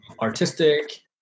artistic